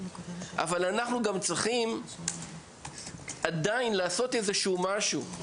אבל אנחנו עדיין צריכים לעשות משהו.